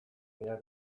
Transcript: behar